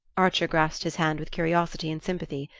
archer grasped his hand with curiosity and sympathy.